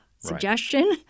suggestion